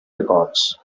records